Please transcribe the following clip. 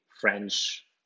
French